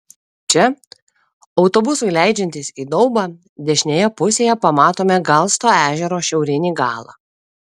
čia autobusui leidžiantis į daubą dešinėje pusėje pamatome galsto ežero šiaurinį galą